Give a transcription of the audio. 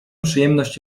przyjemność